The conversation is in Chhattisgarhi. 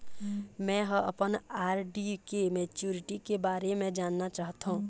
में ह अपन आर.डी के मैच्युरिटी के बारे में जानना चाहथों